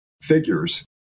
figures